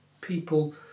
people